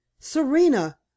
serena